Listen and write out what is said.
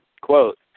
quote